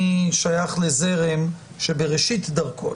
אני שייך לזרם שבראשית דרכו,